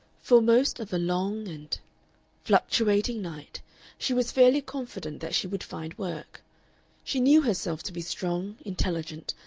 for most of a long and fluctuating night she was fairly confident that she would find work she knew herself to be strong, intelligent,